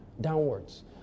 Downwards